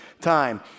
time